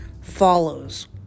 follows